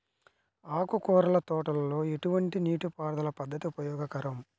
ఆకుకూరల తోటలలో ఎటువంటి నీటిపారుదల పద్దతి ఉపయోగకరం?